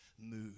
Move